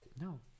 No